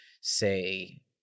say